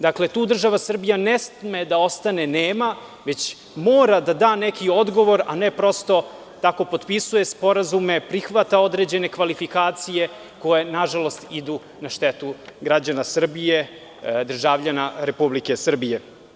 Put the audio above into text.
Dakle, tu država Srbija ne sme da ostane nema, već mora da da neki odgovor, a ne prosto tako potpisuje sporazume, prihvata određene kvalifikacije koje nažalost idu na štetu građana Srbije, državljana Republike Srbije.